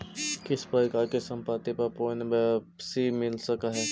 किस प्रकार की संपत्ति पर पूर्ण वापसी मिल सकअ हई